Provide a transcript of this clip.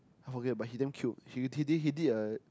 I forget but he damn cute he did he did a